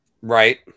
Right